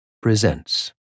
presents